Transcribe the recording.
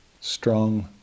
Strong